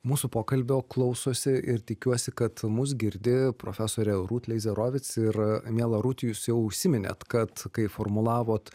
mūsų pokalbio klausosi ir tikiuosi kad mus girdi profesorė rūt leizerovic miela rūt jūs jau užsiminėt kad kai formulavot